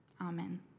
Amen